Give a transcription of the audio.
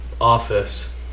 office